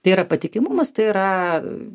tai yra patikimumas tai yra